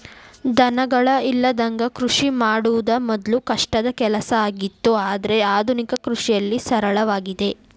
ದನಗಳ ಇಲ್ಲದಂಗ ಕೃಷಿ ಮಾಡುದ ಮೊದ್ಲು ಕಷ್ಟದ ಕೆಲಸ ಆಗಿತ್ತು ಆದ್ರೆ ಆದುನಿಕ ಕೃಷಿಯಲ್ಲಿ ಸರಳವಾಗಿದೆ